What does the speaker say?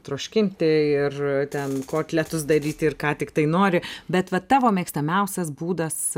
troškinti ir ten kotletus daryti ir ką tiktai nori bet va tavo mėgstamiausias būdas